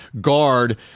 guard